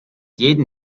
jeden